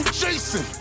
jason